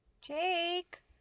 Jake